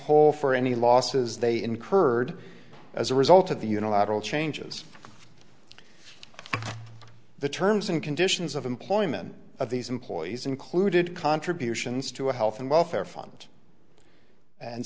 whole for any losses they incurred as a result of the unilateral changes the terms and conditions of employment of these employees included contributions to health and welfare fund and